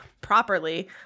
properly